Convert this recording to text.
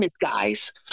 guys